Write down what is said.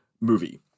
movie